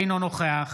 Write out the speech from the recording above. אינו נוכח